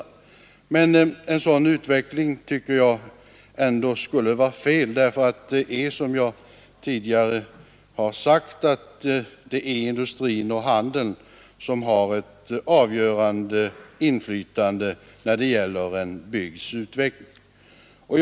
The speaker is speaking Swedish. Men en sådan utveckling tycker jag ändå skulle vara felaktig; som jag tidigare sade, har industrin och handeln ett avgörande inflytande när det gäller en bygds utveckling.